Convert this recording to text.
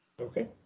Okay